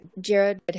Jared